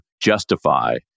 justify